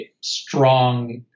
strong